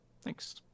Thanks